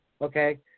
Okay